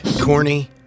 Corny